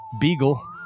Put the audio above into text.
Beagle